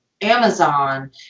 amazon